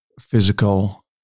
physical